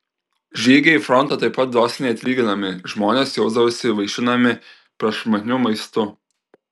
žygiai į frontą taip pat dosniai atlyginami žmonės jausdavosi vaišinami prašmatniu maistu